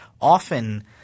often